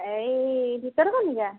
ଏଇ ଭିତରକନିକା